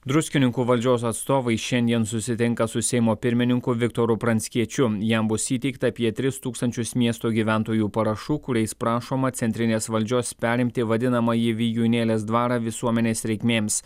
druskininkų valdžios atstovai šiandien susitinka su seimo pirmininku viktoru pranckiečiu jam bus įteikta apie tris tūkstančius miesto gyventojų parašų kuriais prašoma centrinės valdžios perimti vadinamąjį vijūnėlės dvarą visuomenės reikmėms